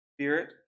Spirit